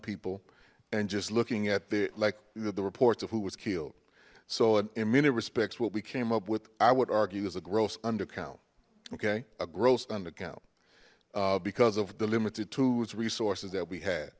people and just looking at the like the reports of who was killed so an in many respects what we came up with i would argue as a gross under count okay a gross under count because of the limited tools resources that we had